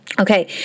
Okay